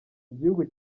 igihugu